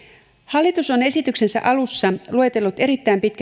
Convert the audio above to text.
hallitus on esityksensä alussa luetellut erittäin